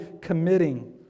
committing